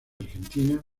argentina